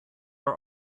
are